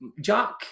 Jack